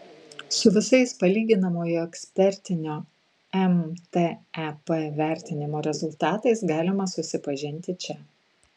su visais palyginamojo ekspertinio mtep vertinimo rezultatais galima susipažinti čia